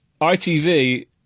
ITV